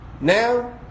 now